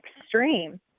extreme